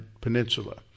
Peninsula